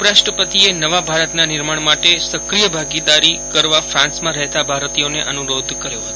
ઉપરાષ્ટ્રપતિએ નવા ભારતના નિર્માણ માટે સક્રિય ભાગીદારી કરવા ફ્રાંસમાં રહેતા ભારતીયોને અનુરોધ કર્યો હતો